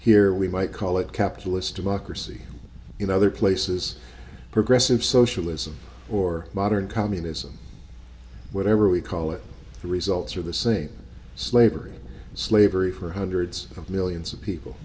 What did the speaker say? here we might call it capitalist democracy in other places progressive socialism or modern communism whatever we call it the results are the same slavery slavery for hundreds of millions of people